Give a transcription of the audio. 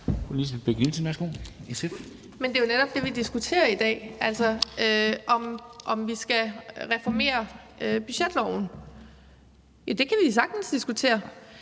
det er jo netop det, vi diskuterer i dag, altså om vi skal reformere budgetloven. Det kan vi sagtens diskutere,